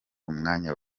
umwanya